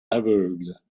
aveugles